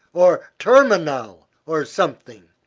or terminal, or something.